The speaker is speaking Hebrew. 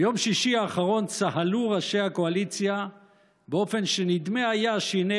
ביום שישי האחרון צהלו ראשי הקואליציה באופן שנדמה היה שהינה,